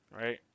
right